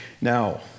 Now